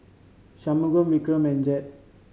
Shunmugam Vikram and Jagat